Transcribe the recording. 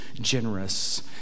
generous